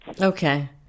Okay